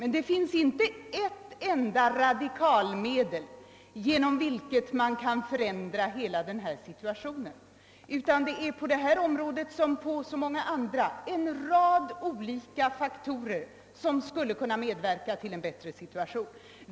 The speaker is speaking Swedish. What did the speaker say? Men det finns inte något radikalmedel, genom vilket man kan förändra hela situationen. På detta som på så många andra områden är det en rad olika faktorer som kan medverka till en bättre situation.